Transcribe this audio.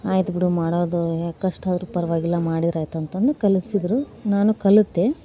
ಆಯ್ತು ಬಿಡು ಮಾಡೋದು ಹೇಗೆ ಕಷ್ಟ ಆದರೂ ಪರವಾಗಿಲ್ಲ ಮಾಡಿದ್ರಾಯ್ತೆಂದು ಕಲಿಸಿದರು ನಾನು ಕಲಿತೆ